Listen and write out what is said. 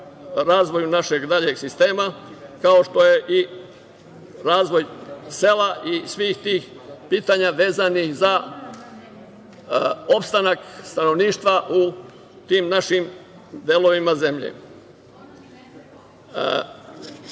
razvoju našeg daljeg sistema, kao što je i razvoj sela i svih tih pitanja vezanih za opstanak stanovništva u tim našim delovima zemlje. Mislim